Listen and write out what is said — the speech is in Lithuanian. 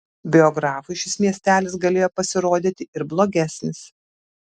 biografui šis miestelis galėjo pasirodyti ir blogesnis